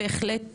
בהחלט,